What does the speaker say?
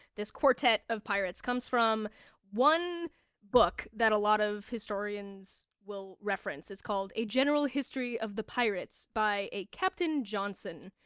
this quartet of pirates, comes from one book that a lot of historians will reference. it's called a general history of the pyrates, by a captain johnson,